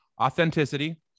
authenticity